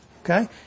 okay